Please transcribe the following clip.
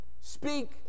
speak